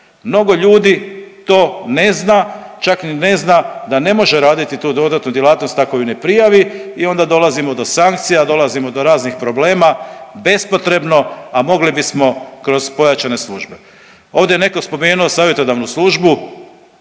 Mnogo ljudi to ne zna, čak ni ne zna da ne može raditi tu dodatnu djelatnost ako ju ne prijavi i onda dolazimo do sankcija, dolazimo do raznih problema bespotrebno, a mogli bismo kroz pojačane službe. Ovdje je netko spomenuo savjetodavnu službu,